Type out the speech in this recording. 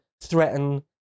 threaten